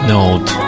Note